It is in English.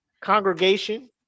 congregation